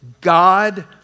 God